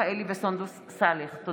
מרב מיכאלי וסונדוס סאלח בנושא: